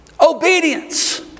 Obedience